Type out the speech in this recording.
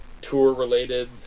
tour-related